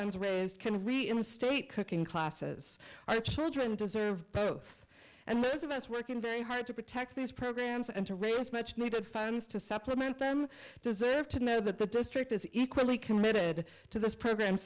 funds raised can reinstate cooking classes our children deserve both and most of us working very hard to protect these programs and to raise much needed funds to supplement them deserve to know that the district is equally committed to this program